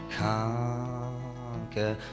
conquer